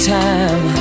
time